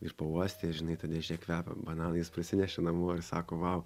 ir pauostė ir žinai ta dėžė kvepia bananais parsinešė namo ir sako vau